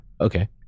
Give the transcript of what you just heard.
Okay